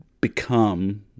become